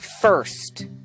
First